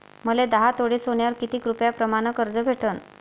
मले दहा तोळे सोन्यावर कितीक रुपया प्रमाण कर्ज भेटन?